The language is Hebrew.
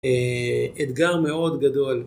אתגר מאוד גדול.